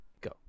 Go